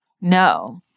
No